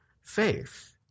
faith